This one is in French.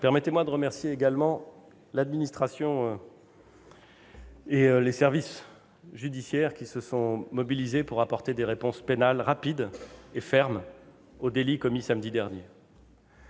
Permettez-moi de remercier également l'administration et les services judiciaires, qui se sont mobilisés pour apporter des réponses pénales rapides et fermes aux délits commis samedi dernier.